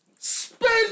spend